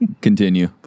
Continue